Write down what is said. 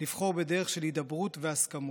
לבחור בדרך של הידברות והסכמות,